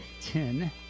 ten